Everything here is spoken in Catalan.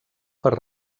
per